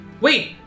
Wait